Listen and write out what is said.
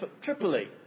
Tripoli